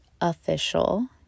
official